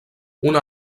una